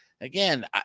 again